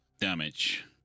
damage